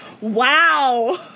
Wow